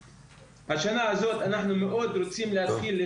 השנה הזו אנחנו מאוד רוצים להתחיל על